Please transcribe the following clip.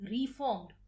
reformed